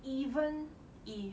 even if